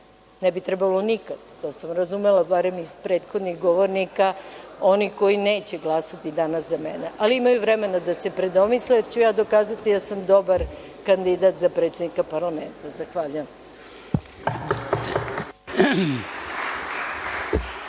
Ne bi trebalo nikad, to sam razumela barem od prethodnih govornika, onih koji neće glasati danas za mene, ali imaju vremena da se predomisle jer ću ja dokazati da sam dobar kandidat za predsednika parlamenta. Zahvaljujem.